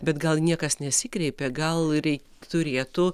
bet gal niekas nesikreipė gal ir turėtų